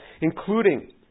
including